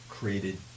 created